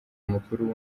mukuru